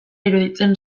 iruditzen